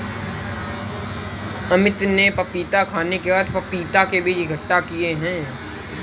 अमित ने पपीता खाने के बाद पपीता के बीज इकट्ठा किए